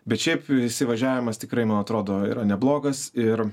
bet šiaip įsivažiavimas tikrai atrodo yra neblogas ir